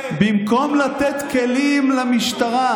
במקום לתת כלים למשטרה,